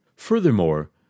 Furthermore